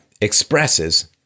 expresses